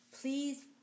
Please